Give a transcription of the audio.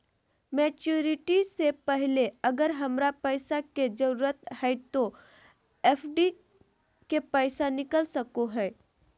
Maturity से पहले अगर हमरा पैसा के जरूरत है तो एफडी के पैसा निकल सको है?